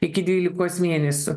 iki dvylikos mėnesių